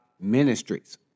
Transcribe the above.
Ministries